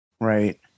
Right